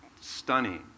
stunning